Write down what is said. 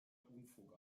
unfug